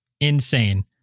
Insane